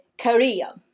Korea